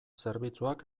zerbitzuak